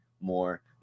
more